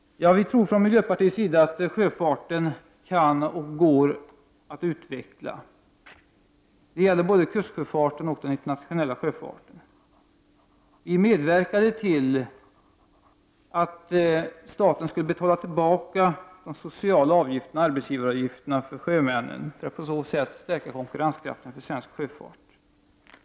Vi tror från miljöpartiets sida att sjöfarten går att utveckla. Det gäller både kustsjöfarten och den internationella sjöfarten. Vi medverkade till att staten skulle betala tillbaka de sociala avgifterna för sjömännen för att på så sätt stärka konkurrenskraften för svensk sjöfart.